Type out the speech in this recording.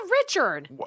Richard